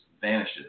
vanishes